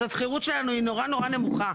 אז השכירות שלנו היא נורא נורא נמוכה,